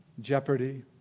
jeopardy